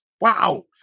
Wow